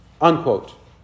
Unquote